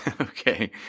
Okay